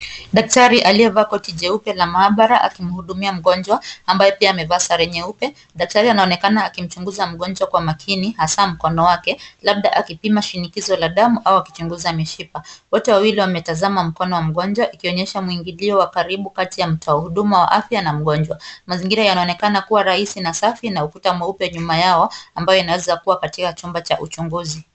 Daktari aliyevalia koti jeupe la maabara akimhudumia mgonjwa ambaye pia amevaa sare nyeupe. Daktari anaonekana akimchunguza mgonjwa kwa makini haswa mkono wake labda akipima shinikizo la damu au akichunguza mishipa. Wote wawili wanatazama mkono wa mgonjwa ukionyesha mwingilio wa mtoa huduma wa afya na mgonjwa. Mazingira yanaonekana kuwa rahisi na safi na ukuta mweupe nyuma yao ambayo inaweza kuwa katika chumba cha uchunguzi.